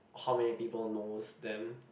how many people knows them